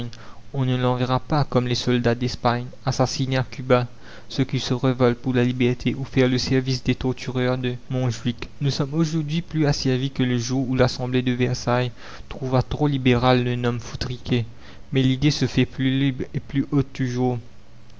on ne l'enverra pas comme les soldats d'espagne assassiner à cuba ceux qui se révoltent pour la liberté ou faire le service des tortureurs de montjuick la commune nous sommes aujourd'hui plus asservis que le jour où l'assemblée de versailles trouva trop libéral le gnome foutriquer mais l'idée se fait plus libre et plus haute toujours